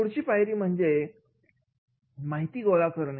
पुढची पायरी म्हणजे माहिती गोळा करणे